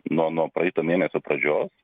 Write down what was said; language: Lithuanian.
nuo nuo praeito mėnesio pradžios